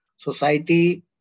society